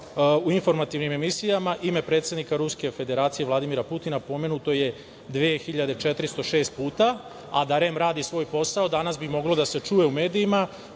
u informativnim emisijama ime predsednika Ruske Federacije, Vladimira Putina, pomenuto je 2.406 puta, a da REM radi svoj posao danas bi moglo da se čuje u medijima